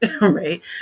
right